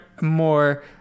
more